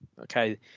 Okay